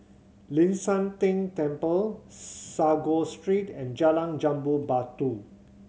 Ling San Teng Temple Sago Street and Jalan Jambu Batu